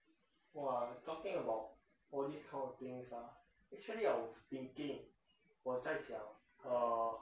!wah! talking about all these kind of things ah actually I was thinking 我在想 uh